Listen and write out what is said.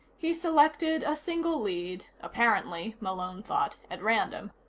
he selected a single lead, apparently, malone thought, at random.